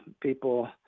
people